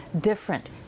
different